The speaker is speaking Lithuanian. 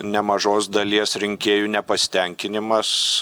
nemažos dalies rinkėjų nepasitenkinimas